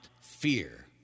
fear